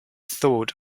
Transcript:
thought